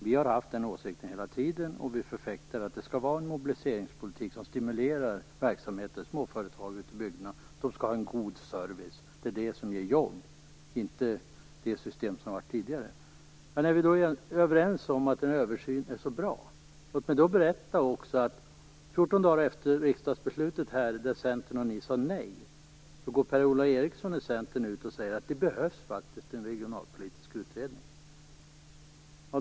Vi har haft den åsikten hela tiden att vi förfäktar att det skall vara en mobiliseringspolitik som stimulerar verksamheter och småföretag ute i bygderna. De skall ha en god service. Det är det som ger jobb, inte det system som har varit tidigare. När vi då är överens om att en översyn är bra, kan jag berätta att 14 dagar efter riksdagsbeslutet, då Ola Eriksson från Centern ut och sade att det behövs en regionalpolitisk utredning.